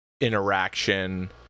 interaction